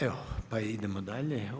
Evo pa idemo dalje.